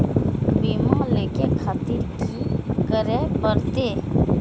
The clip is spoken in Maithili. बीमा लेके खातिर की करें परतें?